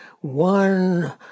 One